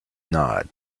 nod